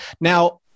Now